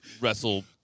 wrestle